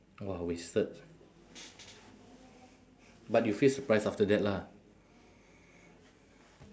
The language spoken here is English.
!wah! wasted but you feel surprise after lah